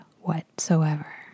whatsoever